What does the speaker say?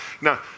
Now